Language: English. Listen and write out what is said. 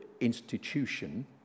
institution